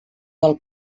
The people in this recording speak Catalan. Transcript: del